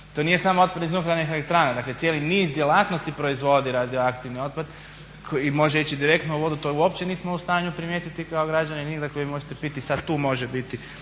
to nije smo otpad iz nuklearnih elektrana, dakle cijeli niz djelatnosti proizvodi radioaktivni otpad koji može ići direktno u vodu. To uopće nismo u stanju primijetiti kao građani …/Govornik se ne razumije./… dakle vi sad možete piti i sad tu može biti